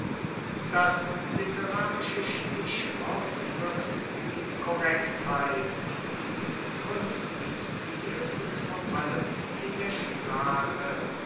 das literarische stichwort wird die korrektheit im kunststil und vor allem in der sprache